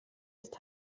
ist